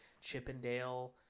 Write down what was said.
Chippendale